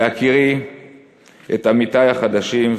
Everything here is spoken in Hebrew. בהכירי את עמיתי החדשים,